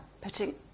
putting